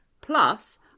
plus